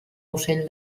ocell